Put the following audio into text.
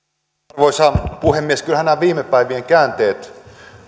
arvoisa puhemies kyllähän nämä viime päivien käänteet